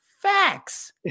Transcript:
Facts